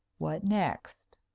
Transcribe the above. what next?